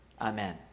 Amen